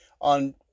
On